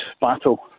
battle